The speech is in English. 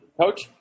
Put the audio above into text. Coach